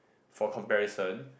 for comparison